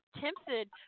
tempted